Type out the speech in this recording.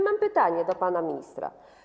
Mam pytanie do pana ministra.